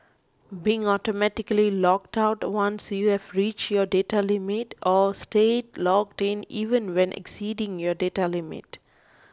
being automatically logged out once you've reached your data limit or staying logged in even when exceeding your data limit